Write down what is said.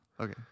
okay